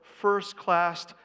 first-class